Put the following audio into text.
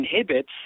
inhibits